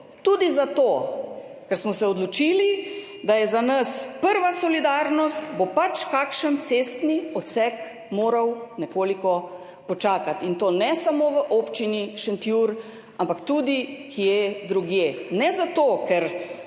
Tudi zato, ker smo se odločili, da je za nas prva solidarnost, bo pač kakšen cestni odsek moral nekoliko počakati, in to ne samo v občini Šentjur, ampak tudi kje drugje. Ne zato, ker